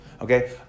Okay